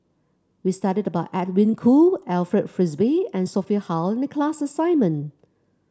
we studied about Edwin Koo Alfred Frisby and Sophia Hull in the class assignment